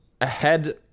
ahead